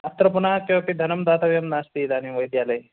अत्र पुनः किमपि धनं दातव्यं नास्ति इदानीं वैद्यालये